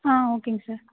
ஆ ஓகேங்க சார்